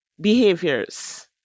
Behaviors